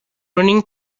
running